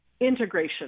integration